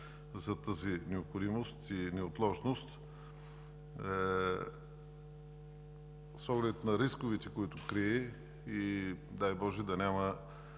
за необходимостта и неотложността, с оглед на рисковете, които крие, и дай боже да няма